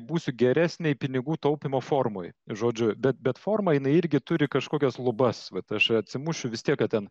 būsiu geresnėj pinigų taupymo formoj žodžiu bet bet formą jinai irgi gi turi kažkokias lubas vat aš atsimušiu vis tiek kad ten